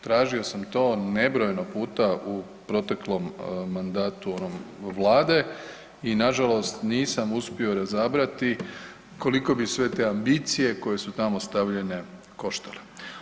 Tražio sam to nebrojeno puta u proteklom mandatu onom vlade i nažalost nisam uspio razabrati koliko bi sve te ambicije koje su tamo stavljene koštale.